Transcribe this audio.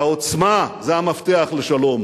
והעוצמה, זה המפתח לשלום.